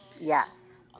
Yes